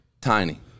Tiny